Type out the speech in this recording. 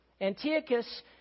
Antiochus